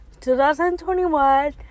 2021